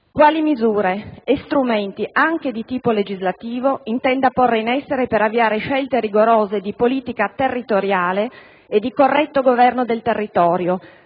quali misure e strumenti, anche di tipo legislativo, intenda porre in essere per avviare scelte rigorose di politica territoriale e di corretto governo del territorio,